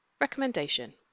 Recommendation